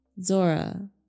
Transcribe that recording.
Zora